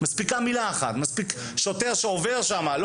מספיקה מילה אחת מספיק שוטר שעובר שם ולא